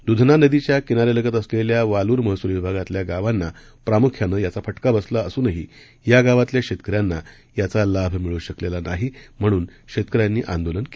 दुधना नदीच्या किनाऱ्यालगत असलेल्या वालुर महसुल विभागातल्या गावांना प्रामुख्यानं याचा फटका बसला असूनही या गावतल्या शेतकऱ्यांना याचा लाभ मिळू शकलेला नाही म्हणून शेतकऱ्यांनी आंदोलन केलं आहे